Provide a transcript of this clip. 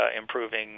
improving